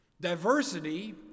Diversity